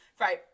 right